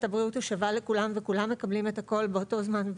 הבריאות שווה לכולם וכולם מקבלים את הכל באותו זמן,